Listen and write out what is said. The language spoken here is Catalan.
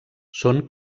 són